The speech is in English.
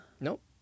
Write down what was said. Nope